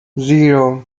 zero